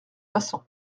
façon